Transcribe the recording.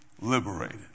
liberated